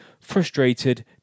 Frustrated